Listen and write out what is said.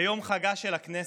ביום חגה של הכנסת,